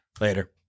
Later